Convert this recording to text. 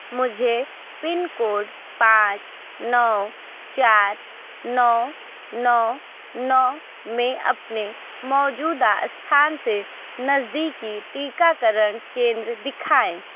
मुझे pin code पाँच नौ चार नौ नौ नौ में अपने मौजूदा स्थान से नज़दीकी टीकाकरण केंद्र दिखाएँ